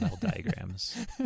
diagrams